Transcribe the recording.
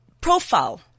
profile